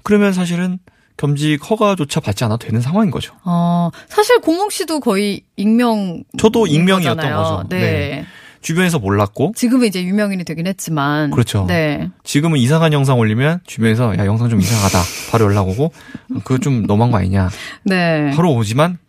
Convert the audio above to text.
그러면 사실은 겸직 허가조차 받지 않아도 되는 상황인 거죠. 어, 사실 공홍 씨도 거의 익명인 저도 익명이었던 거잖아요. 거죠. 네. 네. 주변에서 몰랐고. 지금은 이제 유명인이 되긴 했지만. 그렇죠. 네. 지금은 이상한 영상 올리면 주변에서 야, 영상 좀 이상하다. 바로 연락 오고 그거 좀 너무한 거 아니냐. 네. 바로 오지만